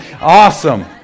awesome